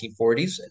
1940s